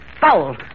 Foul